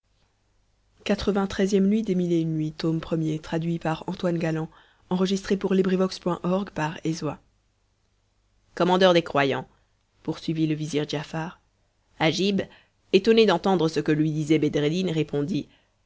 commandeur des croyants poursuivit le vizir giafar agib étonné d'entendre ce que lui disait bedreddin répondit